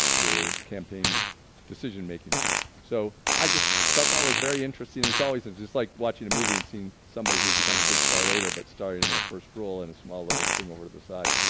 the campaign decision making so i just thought that was very interesting it's always and just like watching a movie and seeing somebody who becomes a big later, but starting in their first role in a small little thing over the side